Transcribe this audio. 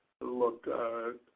Look